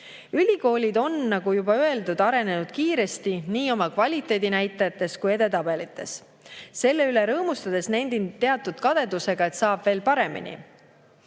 Ülikoolid on, nagu juba öeldud, arenenud kiiresti nii oma kvaliteedi näitajates kui edetabelites. Selle üle rõõmustades nendin teatud kadedusega, et saab veel paremini.